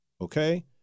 Okay